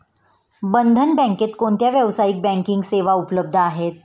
बंधन बँकेत कोणत्या व्यावसायिक बँकिंग सेवा उपलब्ध आहेत?